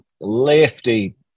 lefty